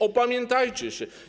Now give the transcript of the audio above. Opamiętajcie się!